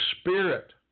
Spirit